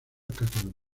cataluña